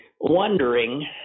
wondering